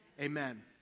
amen